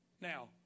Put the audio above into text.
now